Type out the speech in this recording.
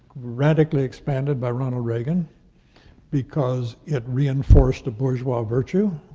radically expanded by ronald reagan because it reinforced a bourgeois virtue,